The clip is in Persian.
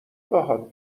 باهات